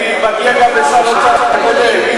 כי מגיע גם לשר האוצר לקבל.